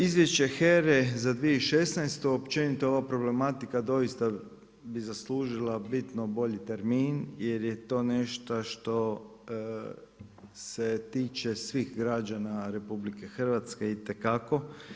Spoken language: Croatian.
Izvješće HERA-e za 2016., općenito ova problematika doista bi zaslužila bitno bolji termin jer je to nešto što se tiče svih građana RH itekako.